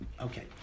Okay